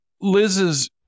Liz's